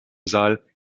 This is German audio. saal